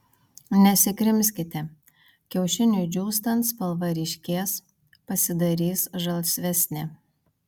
nesikrimskite kiaušiniui džiūstant spalva ryškės pasidarys žalsvesnė